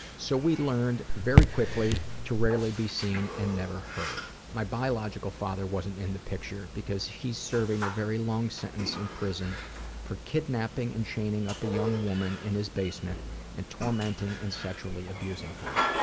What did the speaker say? so we learned very quickly to rarely be seen and never heard. my biological father wasn't in the picture because he's serving a very long sentence in prison for kidnapping and chaining up a young woman in his basement and tormenting and sexually abusing her.